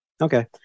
Okay